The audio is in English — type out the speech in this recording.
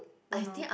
don't know